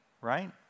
right